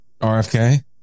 RFK